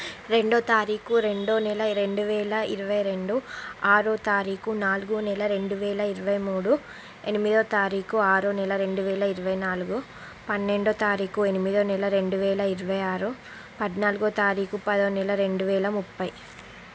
రెండో తారీఖు రెండో నెల రెండు వేల ఇరవై రెండు ఆరో తారీఖు నాల్గో నెల రెండు వేల ఇరవై మూడు ఎనిమిదవ తారీఖు ఆరో నెల రెండు వేల ఇరవై నాలుగు పన్నెండో తారీఖు ఎనిమిదవ నెల రెండు వేల ఇరవై ఆరు పద్నాలుగో తారీఖు పదో నెల రెండు వేల ముప్పై